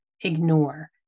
ignore